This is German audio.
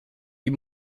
die